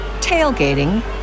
tailgating